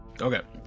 Okay